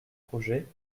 projet